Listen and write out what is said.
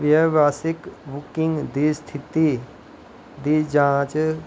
व्यावसायिक बुकिंग दी स्थिति दी जांच